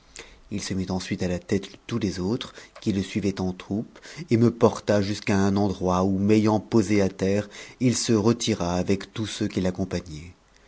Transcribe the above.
h se mit ensuite à la tête de tous les autres n i le suivaient en troupe et me porta jusqu'à un endroit où m'ayant pos terre il se retira avec tous ceux qui l'accompagnaient